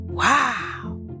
Wow